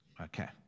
Okay